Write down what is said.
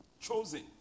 chosen